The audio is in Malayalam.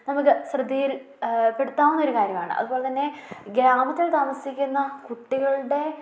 നമുക്ക് ശ്രദ്ധയിൽ പെടുത്താവുന്ന ഒരു കാര്യമാണ് അതുപോലെത്തന്നെ ഗ്രാമത്തിൽ താമസിക്കുന്ന കുട്ടികളുടെ